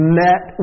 met